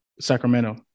Sacramento